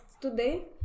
today